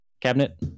cabinet